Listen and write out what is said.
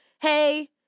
hey